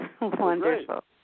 Wonderful